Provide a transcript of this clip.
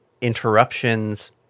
interruptions